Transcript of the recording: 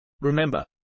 Remember